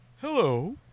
hello